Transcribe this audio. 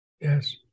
Yes